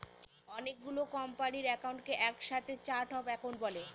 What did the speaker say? অনেকগুলো কোম্পানির একাউন্টকে এক সাথে চার্ট অফ একাউন্ট বলে